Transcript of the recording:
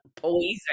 poison